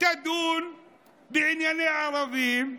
תדון בענייני ערבים,